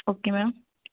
okay ma'am